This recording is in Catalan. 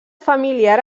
familiar